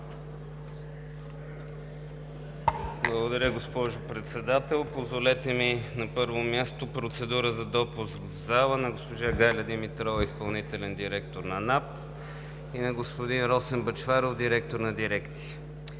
Благодаря, госпожо Председател. Позволете ми на първо място процедура за допуск в залата на госпожа Галя Димитрова – изпълнителен директор на НАП, и на господин Росен Бъчваров – директор на дирекция.